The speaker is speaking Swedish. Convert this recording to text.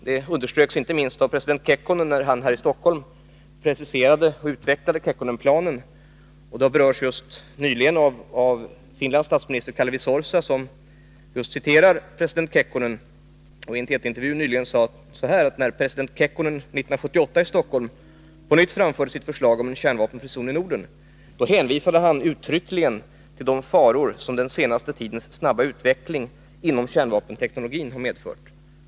Det underströks inte minst av president Kekkonen, när han här i Stockholm preciserade och utvecklade Kekkonenplanen. Och det har nyligen berörts av Finlands statsminister Kalevi Sorsa, som då citerade just president Kekkonen. I en TT-intervju för litet sedan sade statsminister Sorsa: ”När president Kekkonen 1978 i Stockholm på nytt framförde sitt förslag om en kärnvapenfri zon i Norden hänvisade han uttryckligen till de faror som den senaste tidens snabba utveckling inom kärnvapenteknologin har medfört.